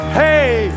hey